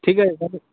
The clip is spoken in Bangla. ঠিক আছে তাহলে